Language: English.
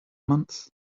month